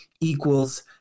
equals